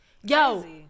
Yo